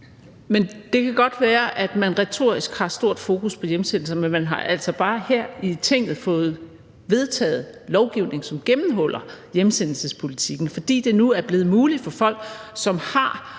Det kan godt være, at man retorisk har stort fokus på hjemsendelser, men man har altså bare her i Tinget fået vedtaget lovgivning, som gennemhuller hjemsendelsespolitikken, fordi det nu er blevet muligt for folk, som har